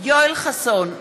יואל חסון,